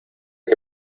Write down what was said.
que